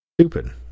Stupid